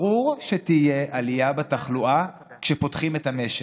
ברור שתהיה עלייה בתחלואה כשפותחים את המשק.